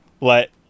let